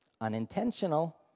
Unintentional